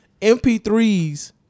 MP3s